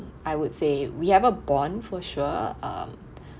I would say we have a bond for sure um